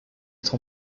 être